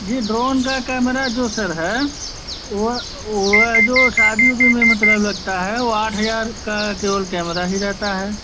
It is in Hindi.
जी ड्रोन का कैमरा जो सर है वह वह है जो शादी ओदी में मतलब लगता है वह आठ हज़ार का केवल कैमरा ही रहता है